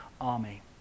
army